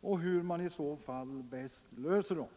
och hur man i så fall bäst löser dem.